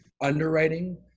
underwriting